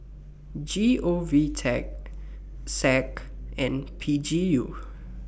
G O V Tech SAC and P G U